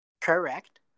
Correct